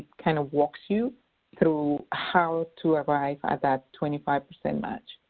kind of, walks you through how to arrive at that twenty five percent match.